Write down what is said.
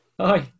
Hi